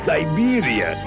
Siberia